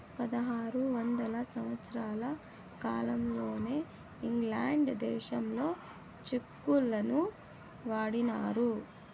పదహారు వందల సంవత్సరాల కాలంలోనే ఇంగ్లాండ్ దేశంలో చెక్కులను వాడినారు